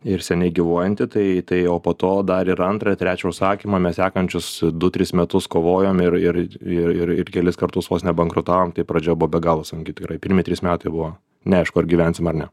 ir seniai gyvuojanti tai tai o po to dar ir antrą trečią užsakymą mes sekančius du tris metus kovojom ir ir ir ir kelis kartus vos nebankrutavom tai pradžia buvo be galo sunki tai yra ir pirmi trys metai buvo neaišku ar gyvensim ar ne